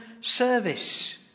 service